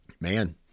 man